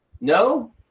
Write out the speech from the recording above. No